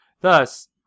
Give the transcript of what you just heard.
Thus